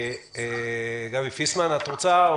גבי פיסמן, בבקשה.